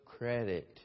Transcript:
credit